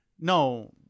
No